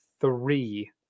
three